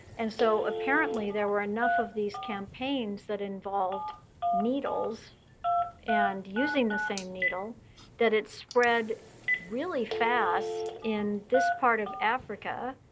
and so apparently there were enough of these campaigns that involved needles and using the same needle that it spread really fast in this part of africa.